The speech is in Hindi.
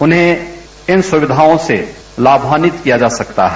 उन्हें इन सुविधाओं से लाभान्वित किया जा सकता है